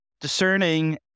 discerning